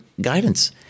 guidance